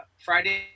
Friday